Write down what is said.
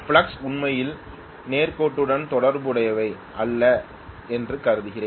flux உண்மையில் நேர்கோட்டுடன் தொடர்புடையவை அல்ல என்று கருதுகிறேன்